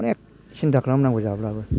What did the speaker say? अनेग सिन्था खालामनांगौ जाब्लाबो